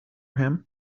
him